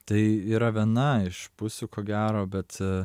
tai yra viena iš pusių ko gero bet